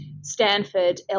Stanford